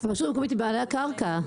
הרשות המקומית היא בעלת הקרקע.